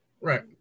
Right